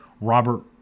Robert